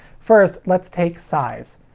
first, let's take size.